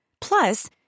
Plus